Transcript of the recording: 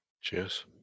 Cheers